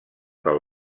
pel